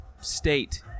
state